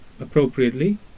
appropriately